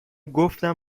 گفتم